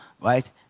right